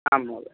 आम् महोदय